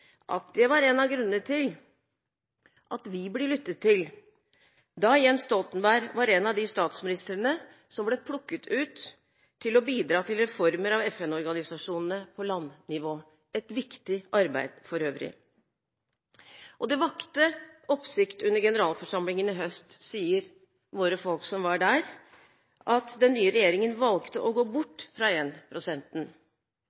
at det var en av grunnene til at vi ble lyttet til da Jens Stoltenberg var en av de statsministrene som ble plukket ut til å bidra til reformer av FN-organisasjonene på landnivå – for øvrig et viktig arbeid. Det vakte oppsikt under generalforsamlingen i høst, sier våre folk som var der, at den nye regjeringen valgte å gå